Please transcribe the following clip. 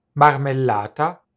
marmellata